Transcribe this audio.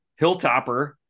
hilltopper